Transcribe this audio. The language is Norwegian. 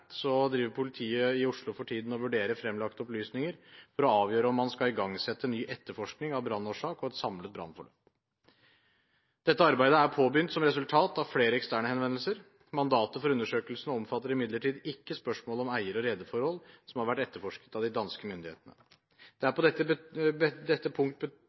driver politiet i Oslo for tiden og vurderer fremlagte opplysninger for å avgjøre om man skal igangsette ny etterforskning av brannårsaken og hele brannforløpet. Dette arbeidet er påbegynt som resultat av flere eksterne henvendelser. Mandatet for undersøkelsen omfatter imidlertid ikke spørsmålet om eier- og rederforhold, som har vært etterforsket av de danske myndighetene. Det er på dette